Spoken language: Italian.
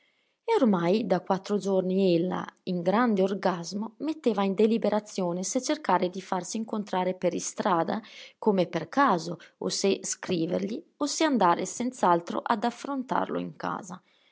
e ormai da quattro giorni ella in grande orgasmo metteva in deliberazione se cercare di farsi incontrare per istrada come per caso o se scrivergli o se andare senz'altro ad affrontarlo in casa